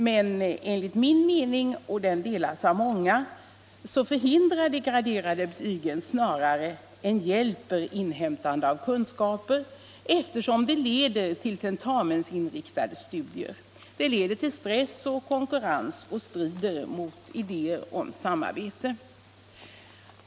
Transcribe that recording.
Men enligt min mening, och den delas av många, förhindrar de graderade betygen snarare än hjälper inhämtande av kunskaper eftersom de leder till tentamensinriktade studier. De leder till stress och konkurrens och strider mot idéer om samarbete.